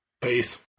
Peace